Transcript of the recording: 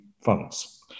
funds